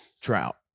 trout